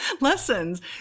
lessons